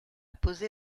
posé